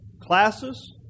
classes